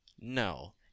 No